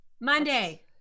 Monday